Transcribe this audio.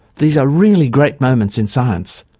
these are really great moments in science!